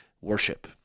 worship